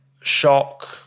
shock